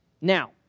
Now